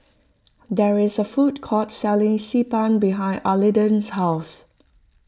there is a food court selling Xi Ban behind Arlington's house